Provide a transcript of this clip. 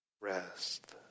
rest